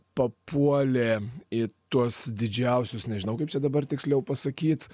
papuolė į tuos didžiausius nežinau kaip čia dabar tiksliau pasakyt